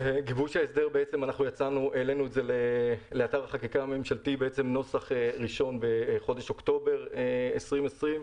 העלינו לאתר החקיקה הממשלתי נוסח ראשון באוקטובר 2020,